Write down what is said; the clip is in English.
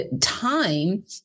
time